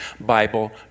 Bible